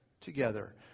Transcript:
together